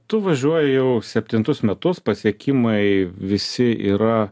tu važiuoji jau septintus metus pasiekimai visi yra